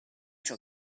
ciò